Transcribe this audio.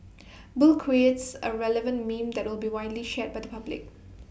bill creates A relevant meme that will be widely shared by the public